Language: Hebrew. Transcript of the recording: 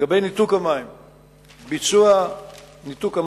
ב-23 בנובמבר